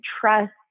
trust